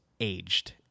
aged